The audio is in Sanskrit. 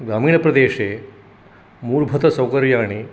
ग्रामीणप्रदेशे मूलभूतसौकर्याणि